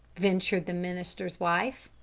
ventured the minister's wife.